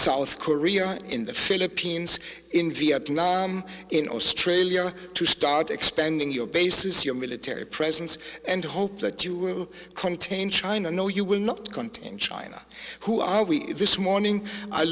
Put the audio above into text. south korea in the philippines in vietnam in australia to start expanding your bases your military presence and hope that you will contain china no you will not contain china who are we this morning i